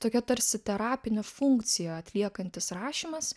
tokia tarsi terapinę funkciją atliekantis rašymas